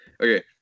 Okay